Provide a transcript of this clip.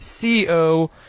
CO